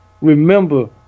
remember